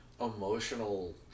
emotional